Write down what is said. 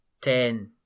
ten